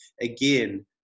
again